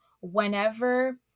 whenever